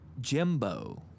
Jimbo